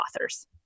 authors